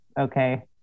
okay